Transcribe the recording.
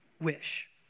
wish